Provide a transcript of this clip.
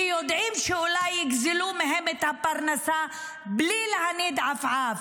כי יודעים שאולי יגזלו מהם את הפרנסה בלי להניד עפעף.